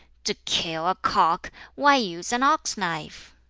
to kill a cock why use an ox-knife?